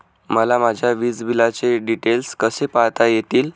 मला माझ्या वीजबिलाचे डिटेल्स कसे पाहता येतील?